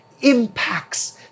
impacts